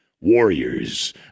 warriors